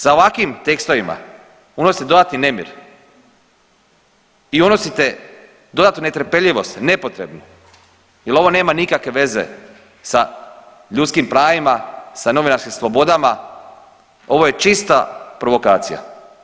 Sa ovakvim tekstovima unosite dodatni nemir i unosite dodatnu netrpeljivost nepotrebnu jer ovo nema nikakve veze sa ljudskim pravima, sa novinarskim slobodama, ovo je čista provokacija.